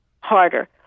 harder